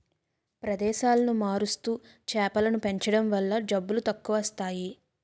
ప్రదేశాలను మారుస్తూ చేపలను పెంచడం వల్ల జబ్బులు తక్కువస్తాయి